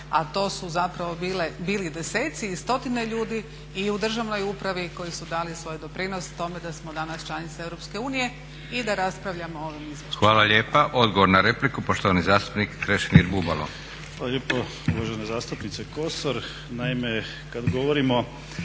a to su zapravo bili desetci i stotine ljudi i u državnoj upravi koji su dali svoj doprinos tome da smo danas članica EU i da raspravljamo o ovome izvješću.